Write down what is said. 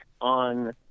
on